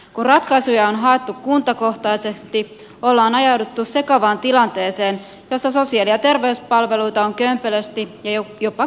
kun ratkaisuja on haettu kuntakohtaisesti on ajauduttu sekavaan tilanteeseen jossa sosiaali ja terveyspalveluita on kömpelösti ja jopa kokonaan yksityistetty